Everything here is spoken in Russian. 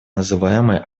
называемые